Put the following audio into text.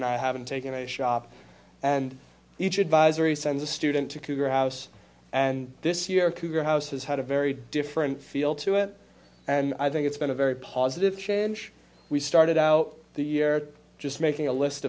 and i haven't taken a shop and each advisory sends a student to cougar house and this year cougar house has had a very different feel to it and i think it's been a very positive change we started out the year just making a list